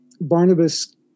Barnabas